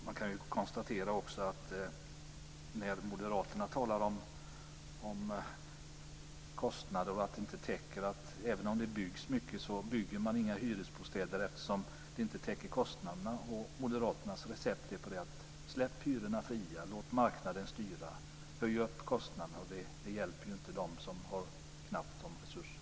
Man kan också konstatera, när moderaterna talar om att kostnader inte täcks, att även om det byggs mycket bygger man inga hyresbostäder, eftersom de inte täcker kostnaderna. Moderaternas recept är: Släpp hyrorna fria! Låt marknaden styra! Höj kostnaderna! Det hjälper ju inte dem som har knappa resurser.